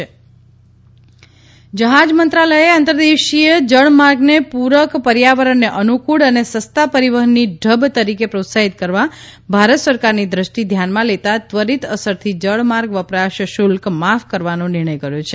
શુલ્ક માફ જહાજ મંત્રાલયે અંતર્દેશીય જળમાર્ગને પૂરક પર્યાવરણને અનુકૂળ અને સસ્તા પરિવહનની ઢબ તરીકે પ્રોત્સાહિત કરવા ભારત સરકારની દ્રષ્ટિ ધ્યાનમાં લેતા ત્વરિત અસરથી જળમાર્ગ વપરાશ શુલ્ક માફ કરવાનો નિર્ણય કર્યો છે